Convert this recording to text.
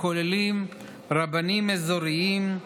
הכוללים רבנים אזוריים,